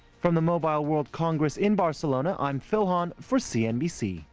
from the mobile world congress in barcelona, i'm phil han for cnbc.